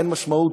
אין משמעות,